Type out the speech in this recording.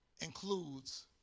includes